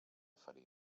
farina